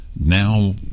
now